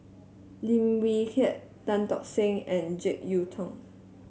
Lim Wee Kiak Tan Tock Seng and JeK Yeun Thong